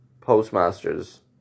postmasters